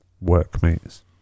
workmates